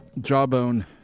Jawbone